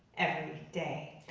every day.